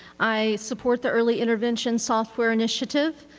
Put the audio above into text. i support the early intervention software initiative.